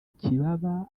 ikibaba